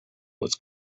was